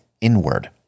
inward